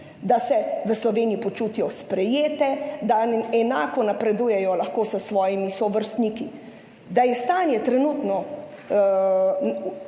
da se v Sloveniji počutijo sprejete, da lahko enako napredujejo s svojimi sovrstniki. Da je stanje trenutno